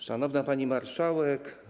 Szanowna Pani Marszałek!